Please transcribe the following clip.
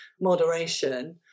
moderation